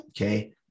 Okay